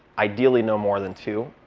ideally no more than two.